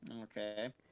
Okay